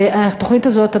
התוכנית הזאת,